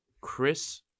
Chris